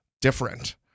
different